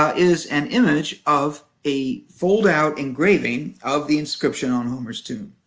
ah is an image of a foldout engraving of the inscription on homer's tomb,